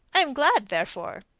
i am glad, therefore,